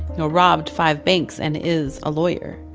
know, robbed five banks and is a lawyer.